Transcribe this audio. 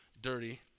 dirty